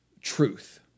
truth